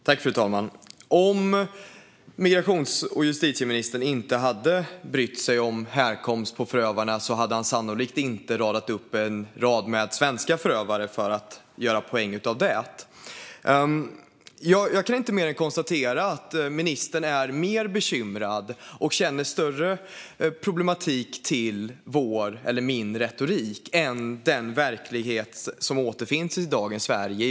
Fru talman! Om justitie och migrationsministern inte hade brytt sig om härkomst på förövarna hade han sannolikt inte radat upp en rad svenska förövare för att göra poäng av det. Jag kan inte mer än konstatera att ministern är mer bekymrad över och ser en större problematik med min retorik än den verklighet som återfinns i dagens Sverige.